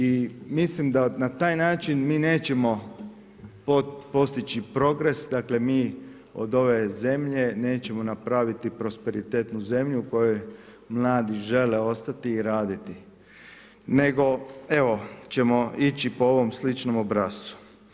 I mislim da na taj način mi nećemo postići progres, dakle mi od ove zemlje nećemo napraviti prosperitetnu zemlju u kojoj mladi žele ostati i raditi nego ćemo ići po ovom sličnom obrascu.